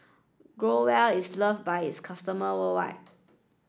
Growell is love by its customer worldwide